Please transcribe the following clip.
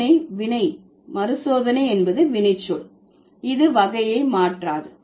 சோதனை வினை மறுசோதனை என்பது வினைச்சொல் இது வகையை மாற்றாது